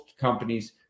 companies